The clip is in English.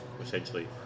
essentially